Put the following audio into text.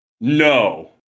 No